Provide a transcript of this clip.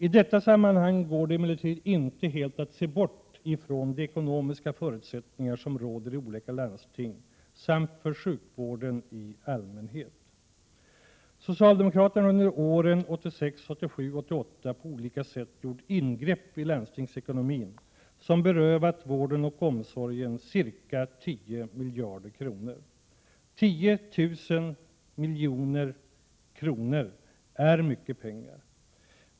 I detta sammanhang går det dock inte att helt bortse från de ekonomiska förutsättningar som gäller i olika landsting samt de förutsättningar som gäller för sjukvården i allmänhet. Socialdemokraterna har under åren 1986, 1987 och 1988 på olika sätt gjort ingrepp i landstingsekonomin, som innebär att vården och omsorgen har berövats ca 10 miljarder kronor — 10 000 milj.kr. är mycket pengar.